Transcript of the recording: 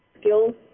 Skills